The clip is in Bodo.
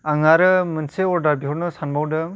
आं आरो मोनसे अर्डार बिहरनो सानबावदों